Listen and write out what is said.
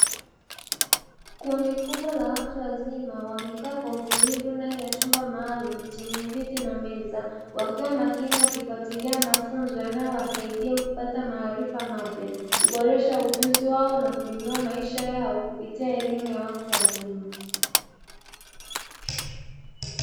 Kundi kubwa la watu wazima wamekaa kwa utulivu ndani ya chumba maalumu chenye viti na meza, wakiwa makini wakifuatilia mafunzo yanayowasaidia kupata maarifa mapya, kuboresha ujuzi wao na kuinua maisha yao kupitia elimu ya watu wazima.